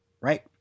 Right